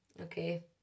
Okay